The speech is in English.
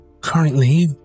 currently